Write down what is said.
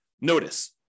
Notice